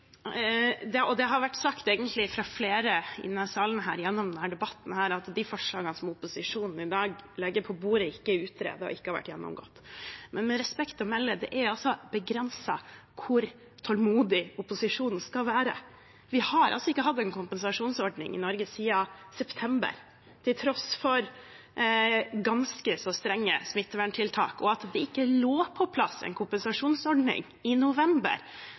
Det har gjennom denne debatten blitt sagt fra flere her i salen at de forslagene som opposisjonen i dag legger på bordet, ikke er utredet og ikke har vært gjennomgått. Men med respekt å melde, det er begrenset hvor tålmodig opposisjonen skal være. Vi har ikke hatt en kompensasjonsordning i Norge siden september, til tross for ganske strenge smitteverntiltak. Det er fullstendig uforståelig at det ikke lå på plass en kompensasjonsordning i november,